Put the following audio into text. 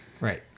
right